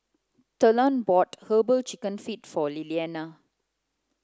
talon bought herbal chicken feet for Liliana